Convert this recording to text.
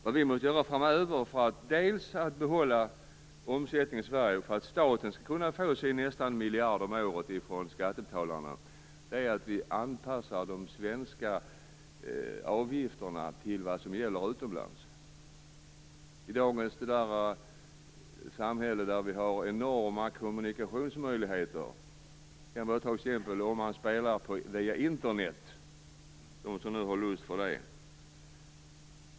Vad vi måste göra framöver för att behålla omsättningen i Sverige, så att staten skall kunna få sin miljard, nästan, om året från skattebetalarna, är att anpassa de svenska avgifterna till vad som gäller utomlands. I dagens moderna samhälle har vi enorma kommunikationsmöjligheter. Jag kan ta ett exempel. De som har lust med det kan spela via Internet.